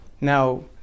Now